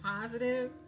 positive